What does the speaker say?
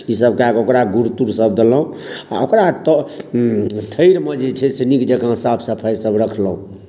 ईसभ कए कऽ ओकरा गुड़ तुड़ सभ देलहुँ आ ओकरा ओतय थैरमे जे छै से नीक जँका साफ सफाइ सभ रखलहुँ